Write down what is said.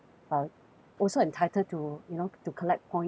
also entitled to you know to collect points and